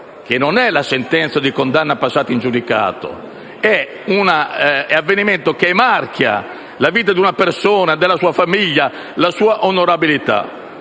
non è la sentenza di condanna passata in giudicato: è un avvenimento che marchia la vita di una persona, della sua famiglia e la sua onorabilità.